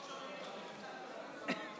לא שומעים.